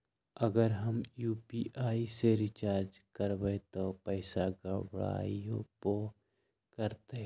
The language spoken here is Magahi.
अगर हम यू.पी.आई से रिचार्ज करबै त पैसा गड़बड़ाई वो करतई?